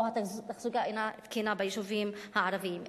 או התחזוקה אינה תקינה ביישובים הערביים.